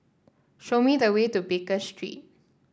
show me the way to Baker Street